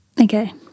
okay